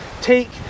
take